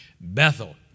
Bethel